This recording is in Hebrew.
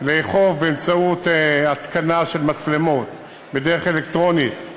לאכוף את החוק באמצעות התקנה של מצלמות בדרך אלקטרונית,